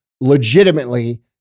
legitimately